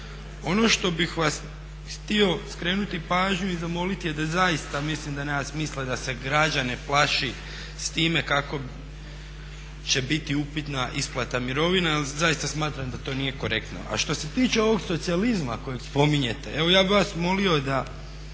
Ono što bih vam htio skrenuti pažnju i zamoliti je da zaista mislim da nema smisla da se građane plaši s time kako će biti upitna isplata mirovina jer zaista smatram da to nije korektno. A što se tiče ovog socijalizma kojeg spominjete, evo ja bih vas molio da